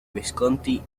visconti